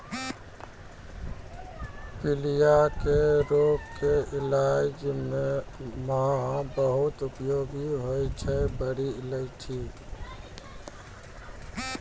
पीलिया के रोग के इलाज मॅ बहुत उपयोगी होय छै बड़ी इलायची